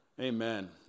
Amen